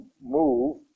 move